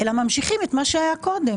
אלא פשוט ממשיכים את מה שהיה קודם.